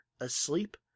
Asleep